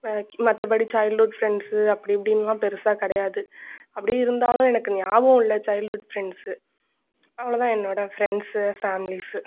வேலைக்கு மற்றபடி childhood friends அப்படி இப்படின்லாம் பெரிசா கிடையாது அப்படியே இருந்தாலும் எனக்கு ஞாபகம் இல்லை சைல்ட்ஹுட் ஃப்ரெண்ட்ஸு அவ்வளோ தான் என்னோடய ஃப்ரெண்ட்ஸு ஃபேம்லிஸு